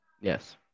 Yes